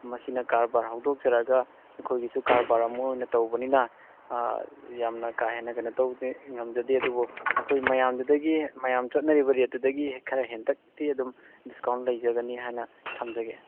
ꯃꯁꯤꯅ ꯀꯥꯔꯕꯥꯔ ꯍꯧꯗꯣꯛꯆꯔꯒ ꯑꯩꯈꯣꯏꯒꯤꯁꯨ ꯀꯥꯔꯕꯥꯔ ꯑꯃ ꯑꯣꯏꯅ ꯇꯧꯕꯅꯤꯅ ꯌꯥꯝꯅ ꯀꯥ ꯍꯦꯟꯅ ꯀꯩꯅꯣ ꯇꯧꯕꯗꯤ ꯉꯝꯖꯗꯦ ꯑꯗꯨꯕꯨ ꯑꯩꯈꯣꯏ ꯃꯌꯥꯝꯗꯨꯗꯒꯤ ꯃꯌꯥꯝ ꯆꯠꯅꯔꯤꯕ ꯔꯦꯠꯇꯨꯗꯒꯤ ꯈꯔ ꯍꯦꯟꯇꯛꯇꯤ ꯑꯗꯨꯝ ꯗꯤꯁꯀꯥꯎꯟ ꯂꯩꯖꯒꯅꯤ ꯍꯥꯏꯅ ꯊꯝꯖꯒꯦ